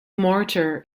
mortar